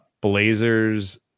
Blazers